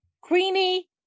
Queenie